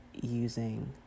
using